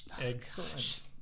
Excellent